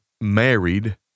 married